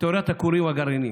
תיאוריית הכורים הגרעיניים: